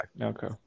Okay